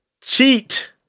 Cheat